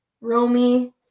Romy